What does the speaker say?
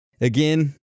again